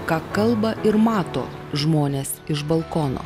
ką kalba ir mato žmonės iš balkono